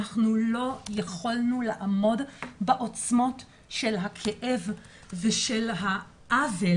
אנחנו לא יכולנו לעמוד בעוצמות של הכאב ושל העוול